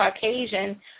Caucasian